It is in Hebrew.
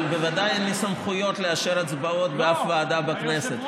אבל בוודאי אין לי סמכויות לאשר הצבעות באף ועדה בכנסת,